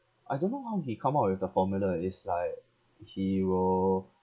I don't know how he come up with the formula is like he will